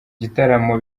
gitaramo